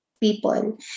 people